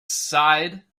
sighed